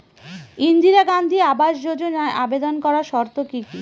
ইন্দিরা গান্ধী আবাস যোজনায় আবেদন করার শর্ত কি কি?